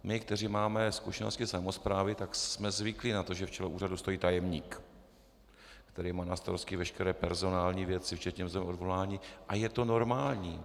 My, kteří máme zkušenosti ze samosprávy, jsme zvyklí na to, že v čele úřadu stojí tajemník, který má na starosti veškeré personální věci včetně různého odvolání, a je to normální.